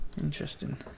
interesting